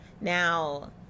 now